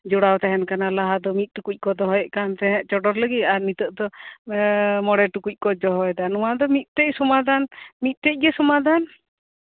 ᱡᱚᱲᱟᱣ ᱛᱟᱦᱮᱱ ᱠᱟᱱᱟ ᱞᱟᱦᱟ ᱫᱚ ᱢᱤᱫ ᱴᱩᱠᱩᱡ ᱠᱚ ᱫᱚᱦᱚᱭ ᱛᱟᱦᱮᱸᱡ ᱪᱚᱰᱚᱨ ᱞᱟᱹᱜᱤᱫ ᱟᱨ ᱢᱮᱛᱟᱨ ᱫᱚ ᱢᱚᱬᱮ ᱴᱩᱠᱩᱡ ᱠᱚ ᱫᱚᱦᱚᱭᱮᱫᱟ ᱱᱚᱣᱟᱫᱚ ᱢᱤᱫᱴᱮᱡ ᱜᱮ ᱥᱚᱢᱟᱫᱷᱟᱱ